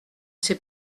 sais